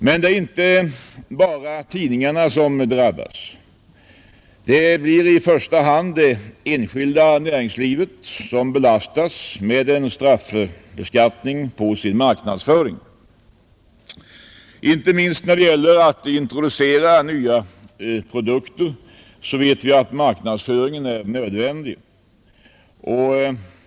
Men det är inte bara tidningarna som drabbas. Det blir i första hand det enskilda näringslivet som belastas med en straffbeskattning på sin marknadsföring, Inte minst när det gäller att introducera nya produkter vet vi att marknadsföringen är nödvändig.